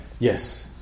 Yes